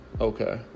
okay